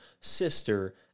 sister